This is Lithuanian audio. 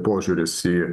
požiūris į